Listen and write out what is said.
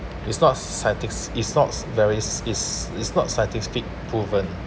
it's not scientists is not very is is not scientific proven